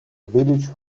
village